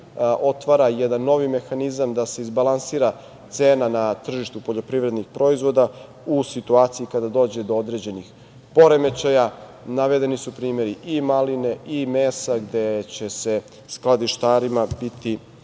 otvara jedan novi mehanizam, da se izbalansira cena na tržištu poljoprivrednih proizvoda u situaciji kada dođe do određenih poremećaja. Navedeni su primeri i maline i mesa gde će skladištarima biti